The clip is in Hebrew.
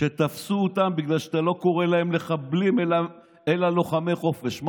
שתפסו אותם בגלל שאתה לא קורא להם "מחבלים" אלא "לוחמי חופש"?